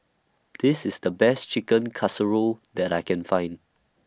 This IS The Best Chicken Casserole that I Can Find